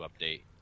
update